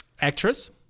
Actress